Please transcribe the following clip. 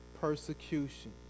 persecution